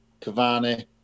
Cavani